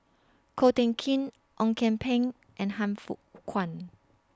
Ko Teck Kin Ong Kian Peng and Han Fook Kwang